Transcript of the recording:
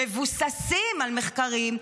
מבוססים על מחקרים,